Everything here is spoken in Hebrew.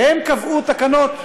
והם קבעו תקנות.